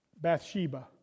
Bathsheba